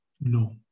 No